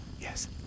Yes